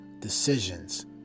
decisions